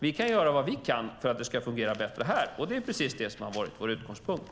Vi kan göra vad vi kan för att det ska fungera bättre här, och det är precis det som har varit vår utgångspunkt.